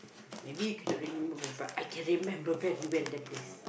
maybe you cannot remember but I can remember very well the place